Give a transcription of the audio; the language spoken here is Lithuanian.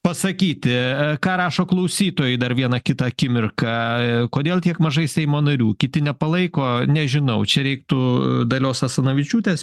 pasakyti a ką rašo klausytojai dar vieną kitą akimirką a kodėl tiek mažai seimo narių kiti nepalaiko nežinau čia reiktų dalios asanavičiūtės